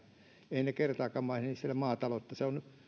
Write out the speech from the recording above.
eivät he kertaakaan mainitse siellä maataloutta